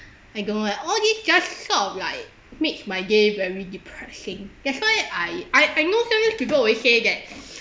I don't know all these just sort of like make my day very depressing that's why I I I know some people always say that